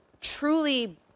truly